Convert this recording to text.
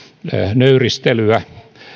nöyristelyä